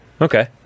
Okay